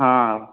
ಹಾಂ